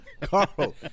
Carl